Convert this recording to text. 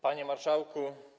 Panie Marszałku!